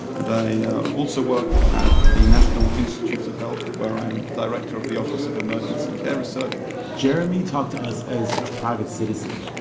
and i yeah also work at the national institutes of health, where i am the director of the office of emergency care research jeremy talked to us as a private citizen,